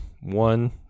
one